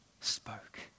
spoke